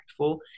impactful